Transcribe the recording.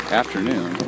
afternoon